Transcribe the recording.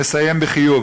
לסיים בחיוב.